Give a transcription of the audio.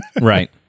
Right